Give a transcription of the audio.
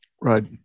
Right